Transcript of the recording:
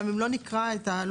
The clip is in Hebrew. גם אם לא נקרא שוב את הדברים.